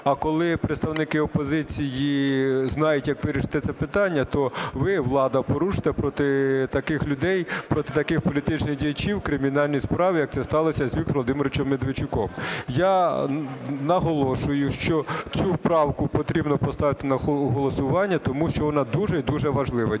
А коли представники опозиції знають, як вирішити це питання, то ви, влада, порушуєте проти таких людей, проти таких політичних діячів, кримінальні справи. Як це сталося з Віктором Володимировичем Медведчуком. Я наголошую, що цю правку потрібно поставити на голосування. Тому що вона дуже і дуже важлива.